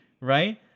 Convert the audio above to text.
right